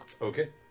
Okay